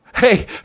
Hey